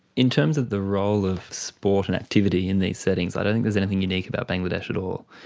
in terms of the role of sport and activity in these settings i don't think there's anything unique about bangladesh at all.